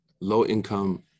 low-income